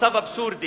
אבסורדי